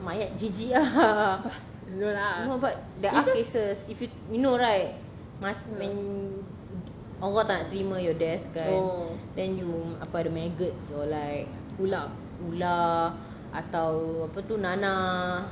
mayat jijik ah no but there are cases if you know right ma~ when allah tak nak terima your death kan then you apa ada the maggots or like ular atau apa tu nanah